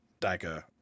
dagger